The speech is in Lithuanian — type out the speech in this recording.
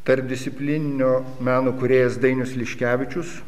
tarpdisciplininio meno kūrėjas dainius liškevičius